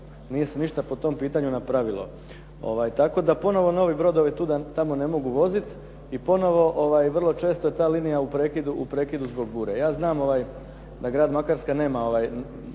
nije se ništa po tom pitanju napravilo, tako da ponovo novi brodovi tamo ne mogu voziti i ponovo vrlo često je ta linija u prekidu zbog bure. Ja znam da grad Makarska nema